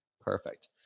perfect